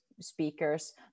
speakers